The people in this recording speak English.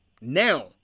now